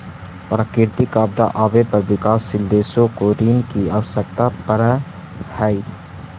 प्राकृतिक आपदा आवे पर विकासशील देशों को ऋण की आवश्यकता पड़अ हई